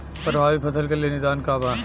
प्रभावित फसल के निदान का बा?